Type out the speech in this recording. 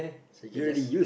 so you can just